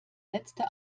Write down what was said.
letzte